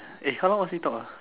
eh how long must we talk ah